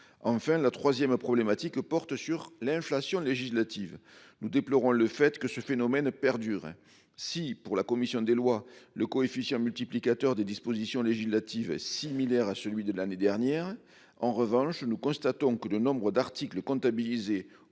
Enfin la 3ème problématique porte sur l'inflation législative. Nous déplorons le fait que ce phénomène perdure. Si pour la commission des lois, le coefficient multiplicateur des dispositions législatives similaire à celui de l'année dernière. En revanche, nous constatons que le nombre d'articles comptabilisés